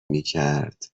میکرد